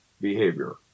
behavior